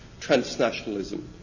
Transnationalism